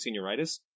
senioritis